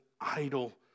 idol